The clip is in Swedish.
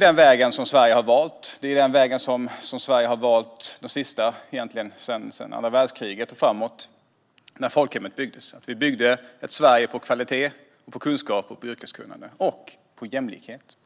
Den senare vägen är den som Sverige har valt sedan andra världskriget och framåt, då folkhemmet byggdes. Vi byggde Sverige på kvalitet, kunskap, yrkeskunnande och jämlikhet.